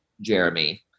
Jeremy